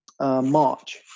March